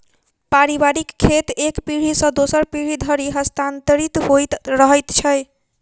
पारिवारिक खेत एक पीढ़ी सॅ दोसर पीढ़ी धरि हस्तांतरित होइत रहैत छै